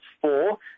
four